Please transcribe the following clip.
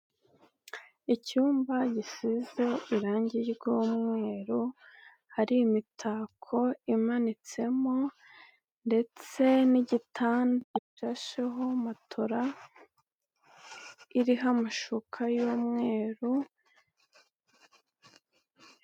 Icyumba gisize irange ry'umweru hari imitako imanitsemo ndetse n'igitanda gisasheho matora iriho amashuka y'umweru.